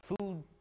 food